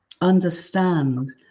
understand